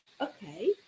okay